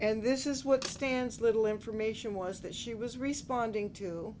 and this is what stance little information was that she was responding to